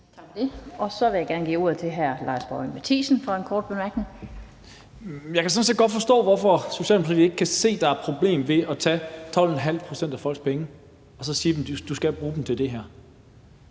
og så vil jeg gerne give ordet til hr. Lars Boje Mathiesen for en kort bemærkning. Kl. 17:45 Lars Boje Mathiesen (NB): Jeg kan sådan set godt forstå, hvorfor Socialdemokratiet ikke kan se, at der er et problem med at tage 12½ pct. af folks penge og så sige: Du skal bruge dem til det her.